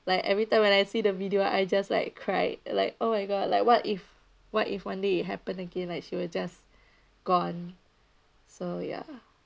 like every time when I see the video I just like cry like oh my god like what if what if one day it happen again like she will just gone so ya